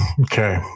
Okay